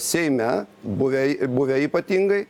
seime buvei buvę ypatingai